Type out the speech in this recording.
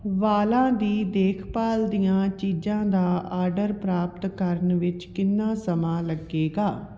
ਵਾਲਾਂ ਦੀ ਦੇਖਭਾਲ ਦੀਆਂ ਚੀਜ਼ਾਂ ਦਾ ਆਰਡਰ ਪ੍ਰਾਪਤ ਕਰਨ ਵਿੱਚ ਕਿੰਨਾ ਸਮਾਂ ਲੱਗੇਗਾ